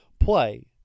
play